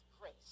grace